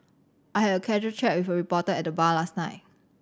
I had a casual chat with a reporter at the bar last night